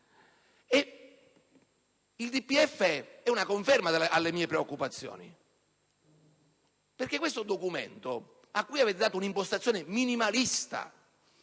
è una conferma alle mie preoccupazioni. Questo documento, cui avete dato un'impostazione minimalista,